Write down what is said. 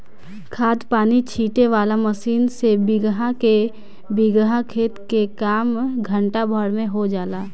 खाद पानी छीटे वाला मशीन से बीगहा के बीगहा खेत के काम घंटा भर में हो जाला